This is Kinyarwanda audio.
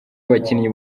abakinnyi